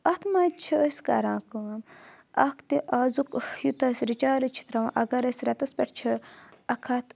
اَتھ منٛز چھِ أسۍ کَران کٲم اَکھ تہِ آزُک یوٗتاہ أسۍ رِچارٕج چھِ ترٛاوان اگر أسۍ رؠتَس پؠٹھ چھِ اَکھ ہَتھ